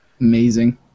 Amazing